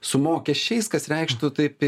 su mokesčiais kas reikštų taip